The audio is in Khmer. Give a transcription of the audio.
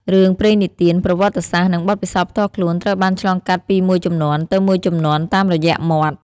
រឿងព្រេងនិទាន ប្រវត្តិសាស្រ្ត និងបទពិសោធន៍ផ្ទាល់ខ្លួនត្រូវបានឆ្លងកាត់ពីមួយជំនាន់ទៅមួយជំនាន់តាមរយៈមាត់។